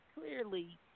clearly